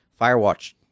Firewatch